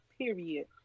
Period